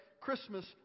Christmas